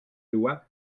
loi